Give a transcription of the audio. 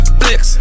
flex